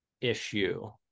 issue